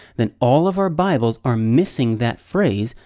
then all of our bibles are missing that phrase.